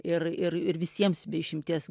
ir ir visiems be išimties